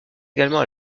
également